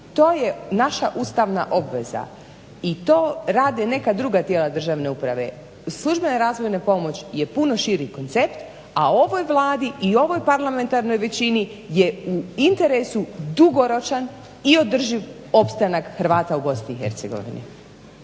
To je naša ustavna obveza i to rade neka druga tijela državne uprave. Službena razvojna pomoć je puno širi koncept, a ovoj Vladi i ovoj parlamentarnoj većini je u interesu dugoročan i održiv opstanak Hrvata u BiH. Hvala.